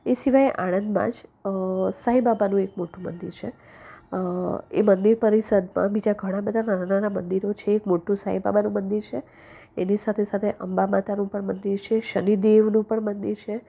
એ સિવાય આણંદમાં જ સાઈબાબાનું એક મોટું મંદિર છે એ મંદિર પરિસરમાં બીજા ઘણાં બધાં નાના નાના મંદિરો છે એક મોટું સાઈબાબાનું મંદિર છે એની સાથે સાથે અંબા માતાનું પણ મંદિર છે શનિદેવનું પણ મંદિર છે